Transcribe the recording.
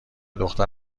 دختر